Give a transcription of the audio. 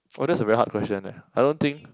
oh that's a very hard question leh I don't think